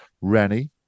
rennie